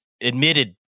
admitted